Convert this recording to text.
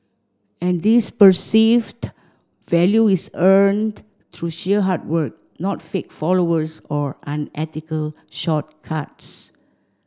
and this perceived value is earned through sheer hard work not fake followers or unethical shortcuts